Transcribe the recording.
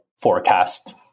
forecast